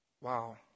Wow